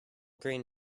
green